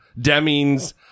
Demings